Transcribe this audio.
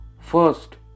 first